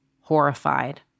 horrified